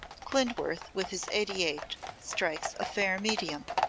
klindworth, with his eighty eight, strikes a fair medium.